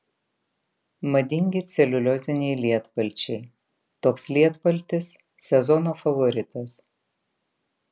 madingi celiulioziniai lietpalčiai toks lietpaltis sezono favoritas